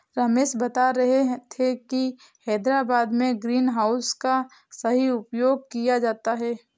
रमेश बता रहे थे कि हैदराबाद में ग्रीन हाउस का सही उपयोग किया जाता है